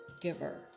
giver